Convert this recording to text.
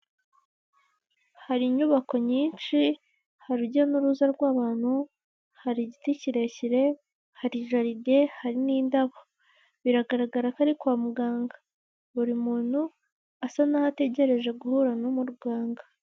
Hari inyubako nyinshi, hari urujya n'uruza rw'abantu, hari igiti kirekire, hari jaride, hari n'indabo, biragaragara ko ari kwa muganga, buri muntu asa n'aho ategereje guhura n'umuganga.